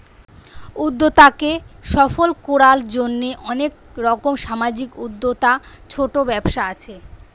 উদ্যোক্তাকে সফল কোরার জন্যে অনেক রকম সামাজিক উদ্যোক্তা, ছোট ব্যবসা আছে